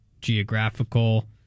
geographical